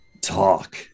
talk